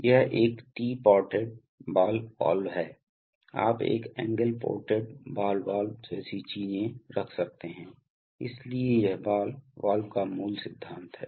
यह एक T ported ball valve है आप एक एंगल पोर्टेड बॉल वाल्व जैसी चीजें रख सकते हैं इसलिए यह बॉल वाल्व का मूल सिद्धांत है